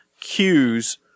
cues